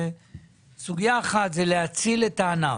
סוגיה אחת היא להציל את הענף,